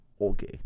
Okay